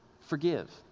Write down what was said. Forgive